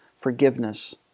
forgiveness